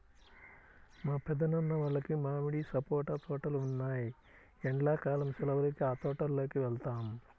మా పెద్దనాన్న వాళ్లకి మామిడి, సపోటా తోటలు ఉన్నాయ్, ఎండ్లా కాలం సెలవులకి ఆ తోటల్లోకి వెళ్తాం